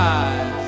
eyes